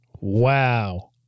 Wow